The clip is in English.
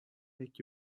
make